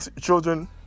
children